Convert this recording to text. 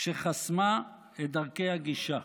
שחסמה את דרכי הגישה.